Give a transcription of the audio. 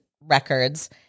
records